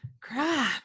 Crap